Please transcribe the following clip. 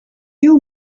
you